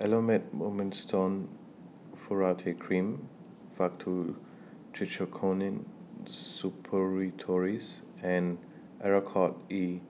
Elomet Mometasone Furoate Cream Faktu Cinchocaine Suppositories and Oracort E